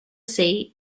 sea